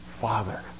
Father